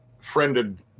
friended